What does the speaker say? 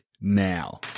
now